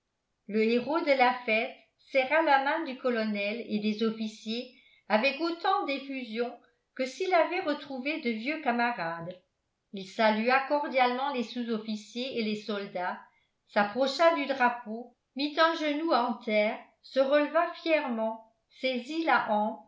le héros de la fête serra la main du colonel et des officiers avec autant d'effusion que s'il avait retrouvé de vieux camarades il salua cordialement les sous-officiers et les soldats s'approcha du drapeau mit un genou en terre se releva fièrement saisit la